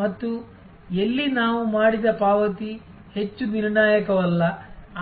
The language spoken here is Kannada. ಮತ್ತು ಎಲ್ಲಿ ನಾವು ಮಾಡಿದ ಪಾವತಿ ಹೆಚ್ಚು ನಿರ್ಣಾಯಕವಲ್ಲ